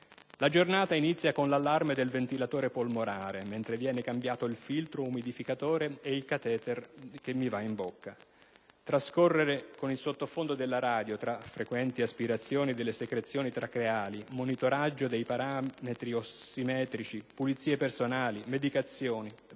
La giornata inizia con l'allarme del ventilatore polmonare mentre viene cambiato il filtro umidificatore e il *catheter mounth*, trascorre con il sottofondo della radio, tra frequenti aspirazioni delle secrezioni tracheali, monitoraggio dei parametri ossimetrici, pulizie personali, medicazioni,